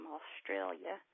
Australia